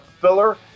filler